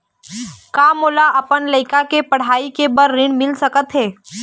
का मोला अपन लइका के पढ़ई के बर ऋण मिल सकत हे?